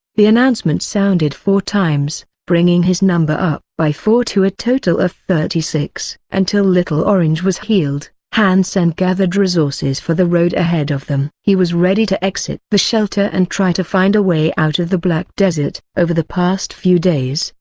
the announcement sounded four times, bringing his number up by four to a total of ah thirty-six. until little orange was healed, han sen gathered resources for the road ahead of them. he was ready to exit the shelter and try to find a way out of the black desert. over the past few days,